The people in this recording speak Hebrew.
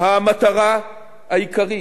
המטרה העיקרית,